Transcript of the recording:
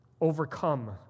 overcome